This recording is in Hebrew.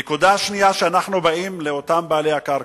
נקודה שנייה, שאנחנו באים לאותם בעלי הקרקע,